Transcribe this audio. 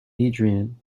adrian